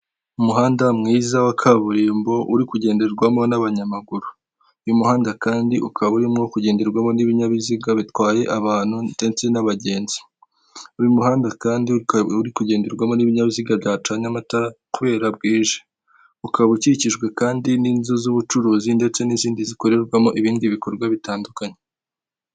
Umuhanda mwiza wa kaburimbo uri kugenderwamo n'abanyamaguru. Uyu muhanda kandi ukaba urimo kugenderwamo n'ibinyabiziga bitwaye abantu ndetse n'abagenzi. Uyu muhanda kandi ukaba uri kugenderwamo n'ibinyabiziga byacanye amatara kubera bwije. Ukaba ukikijwe kandi n'inzu z'ubucuruzi, ndetse n'izindi zikorerwamo ibindi bikorwa bitandukanye.